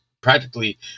practically